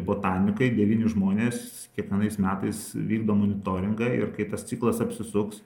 botanikai devyni žmonės kiekvienais metais vykdo monitoringą ir kai tas ciklas apsisuks